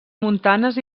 montanes